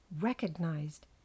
recognized